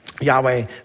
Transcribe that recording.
Yahweh